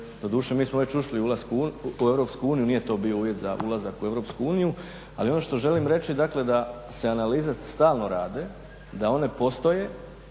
Doduše mi smo već ušli u EU, nije to bio uvjet za ulazak u EU. Ali ono što želim reći, dakle da se analize stalno rade, da one postoje.